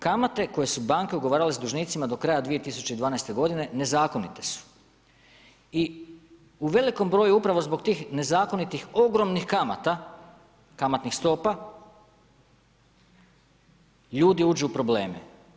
Kamate koje su banke ugovarale s dužnicima do kraja 2012. godine nezakonite su i u velikom broju upravo zbog tih nezakonitih ogromnih kamata, kamatnih stopa ljudi uđu u probleme.